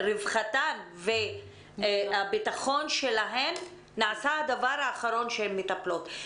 רווחתן והביטחון שלהן נעשה הדבר האחרון שהן מטפלות בו.